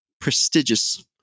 prestigious